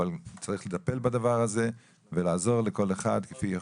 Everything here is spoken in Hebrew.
צריך לטפל בו ולעזור לכל אחד כפי יכולתו.